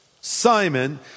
Simon